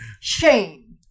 shame